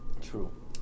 True